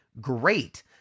great